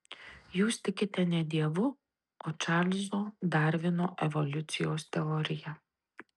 jūs tikite ne dievu o čarlzo darvino evoliucijos teorija